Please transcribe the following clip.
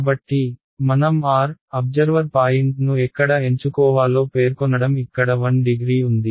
కాబట్టి మనం r observer పాయింట్ను ఎక్కడ ఎంచుకోవాలో పేర్కొనడం ఇక్కడ 1 డిగ్రీ ఉంది